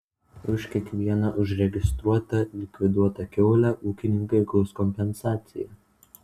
už kiekvieną užregistruotą likviduotą kiaulę ūkininkai gaus kompensaciją